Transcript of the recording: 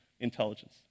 intelligence